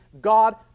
God